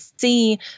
see